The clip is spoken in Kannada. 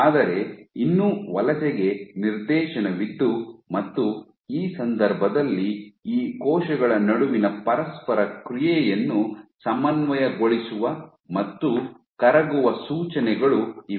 ಆದರೆ ಇನ್ನೂ ವಲಸೆಗೆ ನಿರ್ದೇಶನವಿದ್ದು ಮತ್ತು ಈ ಸಂದರ್ಭದಲ್ಲಿ ಈ ಕೋಶಗಳ ನಡುವಿನ ಪರಸ್ಪರ ಕ್ರಿಯೆಯನ್ನು ಸಮನ್ವಯಗೊಳಿಸುವ ಮತ್ತು ಕರಗುವ ಸೂಚನೆಗಳು ಇವೆ